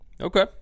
Okay